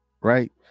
right